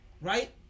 right